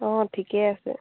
অঁ ঠিকেই আছে